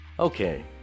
okay